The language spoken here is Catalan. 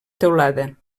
teulada